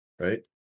right